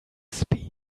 speech